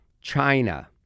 china